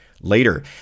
later